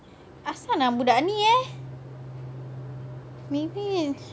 apasal dengan budak ni ah maybe